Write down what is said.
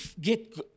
get